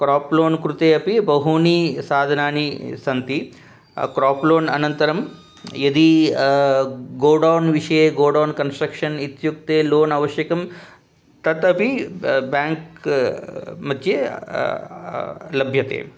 crop loan कृते अपि बहूनि साधनानि सन्ति क्राप् लोण् अनन्तरं यदि गोडोन् विषये गोडोन् कन्स्ट्रक्षन् इत्युक्ते लोण् आवश्यकं तत् अपि ब्याङ्क्मध्ये लभ्यते